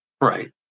Right